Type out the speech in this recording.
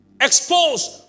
Exposed